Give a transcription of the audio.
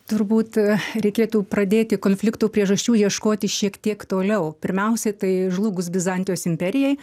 turbūt reikėtų pradėti konfliktų priežasčių ieškoti šiek tiek toliau pirmiausiai tai žlugus bizantijos imperijai